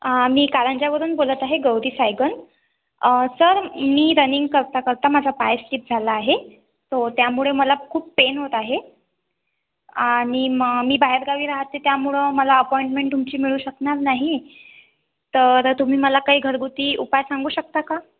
मी कारंजावरून बोलत आहे गौरी सायगन सर मी रनिंग करता करता माझा पाय स्लिप झाला आहे सो त्यामुळं मला खूप पेन होत आहे आणि मग मी बाहेरगावी राहते त्यामुळं मला अपॉईनमेंट तुमची मिळू शकणार नाही तर तुम्ही मला काही घरगुती उपाय सांगू शकता का